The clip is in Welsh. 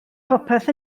popeth